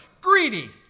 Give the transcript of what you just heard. greedy